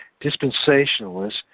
Dispensationalists